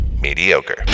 mediocre